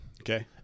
Okay